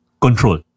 control